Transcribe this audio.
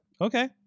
Okay